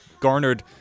garnered